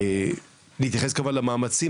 נתייחס כמובן למאמצים,